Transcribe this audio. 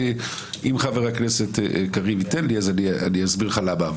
אם חבר הכנסת קריב ייתן לי אני אסביר לך למה.